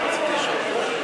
התשע"ו 2016, נתקבלה.